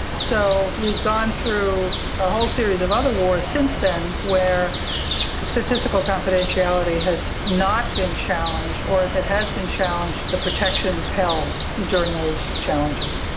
so we've gone through a whole series of other wars since then where statistical confidentiality has not been challenged, or, if it has been challenged, the protection has held during those challenges.